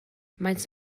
maent